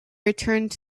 returned